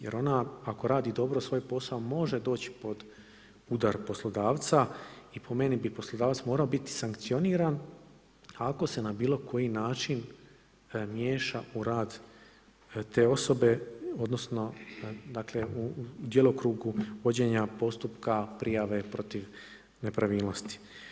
Jer ona, ako radi dobro svoj posao, može doći pod udar poslodavca i po meni bi poslodavac morao biti sankcioniran, ako se na bilo koji način miješa u rad te osobe, odnosno, dakle, u djelokrugu vođenja postupka prijava protiv nepravilnosti.